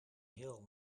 hill